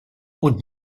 und